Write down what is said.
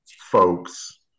folks